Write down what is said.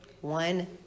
One